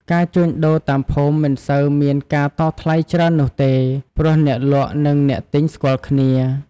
ការជួញដូរតាមភូមិមិនសូវមានការតថ្លៃច្រើននោះទេ ព្រោះអ្នកលក់និងអ្នកទិញស្គាល់គ្នា។